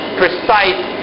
precise